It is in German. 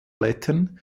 blättern